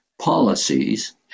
policies